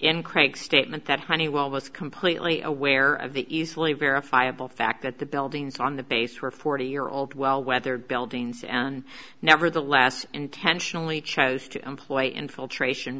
in crank statement that honeywell was completely aware of the easily verifiable fact that the buildings on the base were forty year old well weathered buildings and nevertheless intentionally chose to employ infiltration